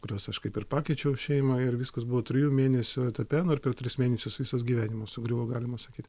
kuriuos aš kaip ir pakeičiau šeimą ir viskas buvo trijų mėnesių etape nu ir per tris mėnesius visas gyvenimas sugriuvo galima sakyt